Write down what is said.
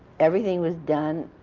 everything was done.